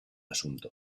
asunto